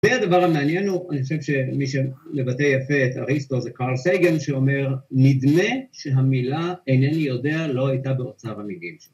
‫והדבר המעניין הוא, אני חושב ‫שמי שמבטא יפה את אריסטו ‫זה קארל סייגן, שאומר, ‫נדמה שהמילה, אינני יודע, ‫לא הייתה באוצר המילים שלו.